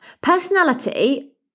personality